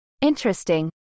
Interesting